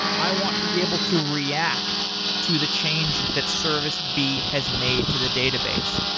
i want to be able to react to the change that service b has made to the database.